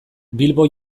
bilbo